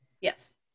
Yes